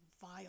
vile